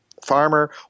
farmer